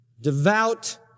devout